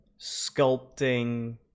sculpting